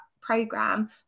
program